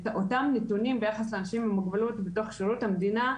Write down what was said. אותם נתונים ביחס לאנשים עם מוגבלות בתוך שירות המדינה,